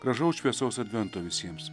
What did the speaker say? gražaus šviesaus advento visiems